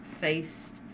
faced